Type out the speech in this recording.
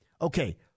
okay